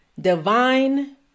divine